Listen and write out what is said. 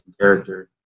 character